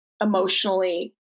emotionally